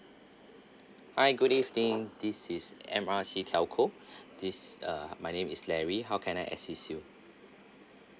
hi good evening this is M R C telco this uh my name is larry how can I assist you